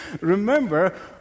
remember